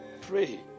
Pray